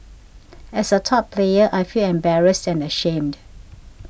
as a top player I feel embarrassed and ashamed